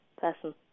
person